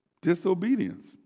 disobedience